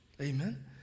Amen